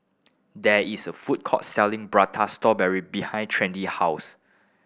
there is a food court selling Prata Strawberry behind Trendy house